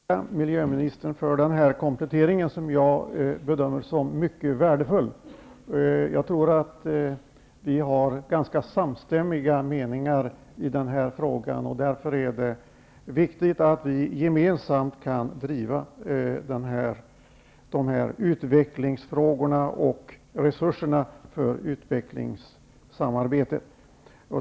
Fru talman! Jag ber att få tacka miljöministern för den kompletterande informationen, som jag bedömer som mycket värdefull. Vi har ganska samstämmiga meningar i den här frågan. Det är därför viktigt att vi gemensamt kan driva dessa utvecklingsfrågor och få fram resurser för utvecklingssamarbete.